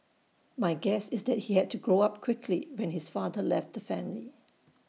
my guess is that he had to grow up quickly when his father left the family